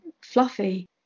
fluffy